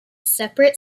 separate